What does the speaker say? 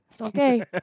Okay